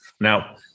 Now